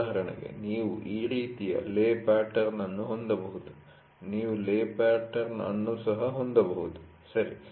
ಉದಾಹರಣೆಗೆ ನೀವು ಈ ರೀತಿಯ ಲೇ ಪ್ಯಾಟರ್ನ್ ಹೊಂದಬಹುದು ನೀವು ಲೇ ಪ್ಯಾಟರ್ನ್ ಅನ್ನು ಸಹ ಹೊಂದಬಹುದು ಸರಿ